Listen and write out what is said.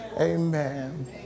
Amen